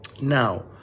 Now